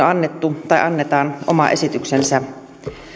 annettu tai annetaan oma esityksensä